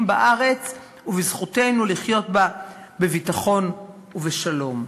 בארץ ובזכותנו לחיות בה בביטחון ובשלום.